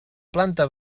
planta